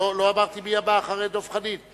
לא אמרתי מי הבא אחרי דב חנין.